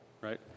right